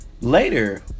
later